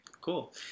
cool